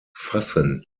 fassen